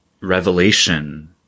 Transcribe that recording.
revelation